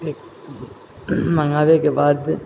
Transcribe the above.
मँगाबैके बाद